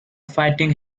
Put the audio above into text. fighting